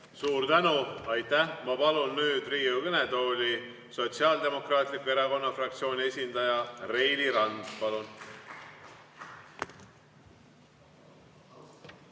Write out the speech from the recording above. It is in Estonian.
Suur tänu! Ma palun nüüd Riigikogu kõnetooli Sotsiaaldemokraatliku Erakonna fraktsiooni esindaja Reili Ranna. Palun!